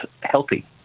healthy